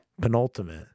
Penultimate